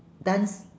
dance